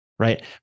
right